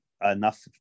enough